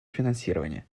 финансирования